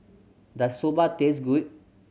does Soba taste good